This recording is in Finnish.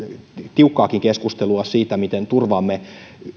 tiukkaakin keskustelua siitä miten turvaamme